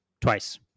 twice